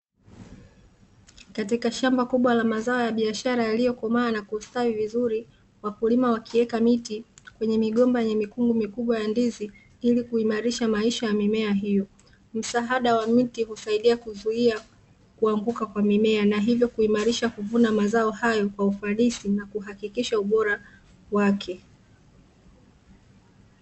Katika shamba kubwa la mazao ya biashara yaliyokomaa na kustawi vizuri, wakulima wakiweka miti kwenye migomba yenye mikungu mikubwa ya ndizi ili kuimarisha maisha ya mimea hiyo, msaada wa miti husaidia kuzuia kuanguka kwa mimea na hivyo kuimarisha kuvuna mazao hayo kwa ufanisi na kuhakikisha ubora wake.